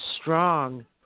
strong